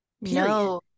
No